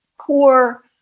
poor